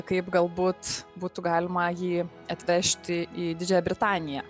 kaip galbūt būtų galima jį atvežti į didžiąją britaniją